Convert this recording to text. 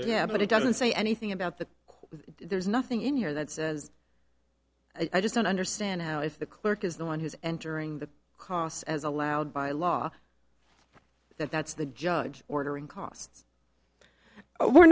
yeah but it doesn't say anything about that there's nothing in here that says i just don't understand how if the clerk is the one who's entering the costs as allowed by law that that's the judge ordering costs we're